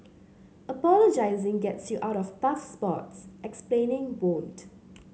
apologising gets you out of tough spots explaining won't